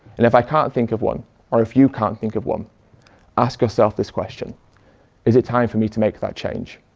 and if i can't think of one or if you can't think of one ask yourself this question is it time for me to make that change?